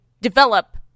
develop